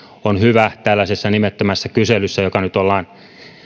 on hyvä tällaisessa nimettömässä kyselyssä joka nyt ollaan